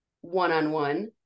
one-on-one